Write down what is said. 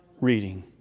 reading